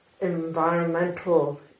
environmental